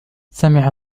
سمع